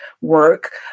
work